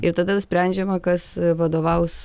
ir tada sprendžiama kas vadovaus